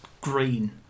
green